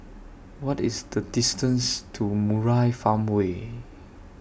What IS The distance to Murai Farmway